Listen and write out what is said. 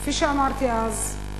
כפי שאמרתי אז,